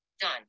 Done